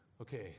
okay